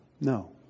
no